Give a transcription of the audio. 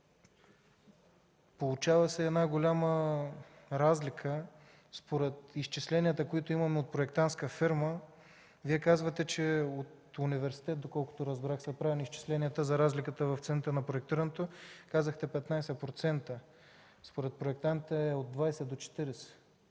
Получава се една голяма разлика. Според изчисленията, които имаме от проектантска фирма, а Вие казвате, че от университет, доколкото разбрах, са правени изчисленията за разликата в цените на проектирането. Казахте 15%. Според проектантите е от 20 % до 40%.